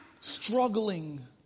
struggling